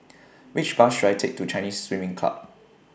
Which Bus should I Take to Chinese Swimming Club